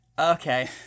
okay